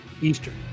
Eastern